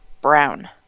Brown